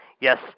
Yes